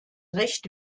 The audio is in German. recht